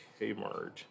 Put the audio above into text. Kmart